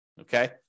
Okay